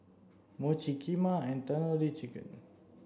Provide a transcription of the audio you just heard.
Mochi Kheema and Tandoori Chicken